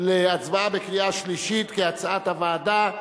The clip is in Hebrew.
להצבעה בקריאה שלישית כהצעת הוועדה.